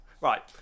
right